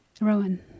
Rowan